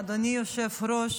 אדוני היושב-ראש,